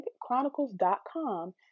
chronicles.com